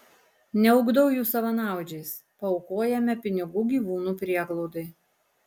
neugdau jų savanaudžiais paaukojame pinigų gyvūnų prieglaudai